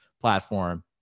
platform